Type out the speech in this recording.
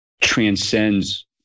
transcends